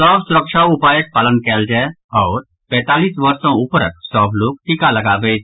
सभ सुरक्षा उपायक पालन कयल जाय आओर पैंतालीस वर्ष सॅ ऊपरक सभ लोक टीका लगावैथ